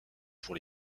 pour